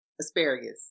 asparagus